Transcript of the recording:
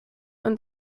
und